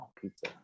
pizza